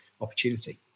opportunity